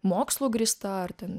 mokslu grįsta ar ten